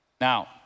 Now